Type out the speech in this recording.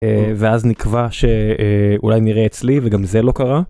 ואז נקבע שאולי נראה אצלי וגם זה לא קרה.